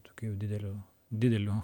tokiu jau dideliu dideliu